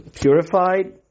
purified